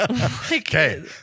Okay